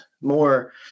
more